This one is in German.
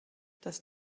das